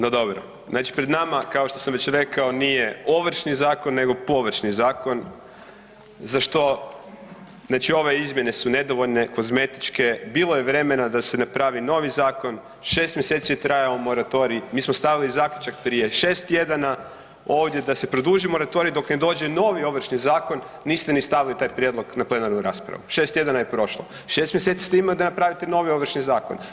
No dobro, znači pred nama kao što sam već rekao nije Ovršni zakon nego površni zakon za što, znači ove izmjene su nedovoljne, kozmetičke, bilo je vremena da se napravi novi zakon, 6 mjeseci je trajao moratorij, mi smo stavili zaključak prije 6 tjedana ovdje da se produži moratorij dok ne dođe novi Ovršni zakon, niste ni stavili taj prijedlog na plenarnu raspravu, 6 tjedana je prošlo, 6 mjeseci ste imali da napravite novi Ovršni zakon.